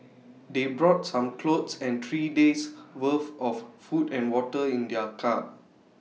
they brought some clothes and three days' worth of food and water in their car